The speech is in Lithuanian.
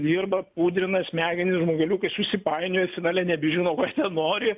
dirba pudrina smegenis žmogeliukai susipainiojo finale nebežino ko jie nori